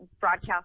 broadcast